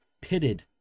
pitted